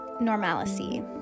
normalcy